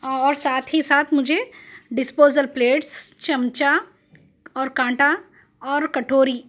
اور ساتھ ہی ساتھ مجھے ڈسپوزل پلیٹس چمچہ اور کانٹا اور کٹوری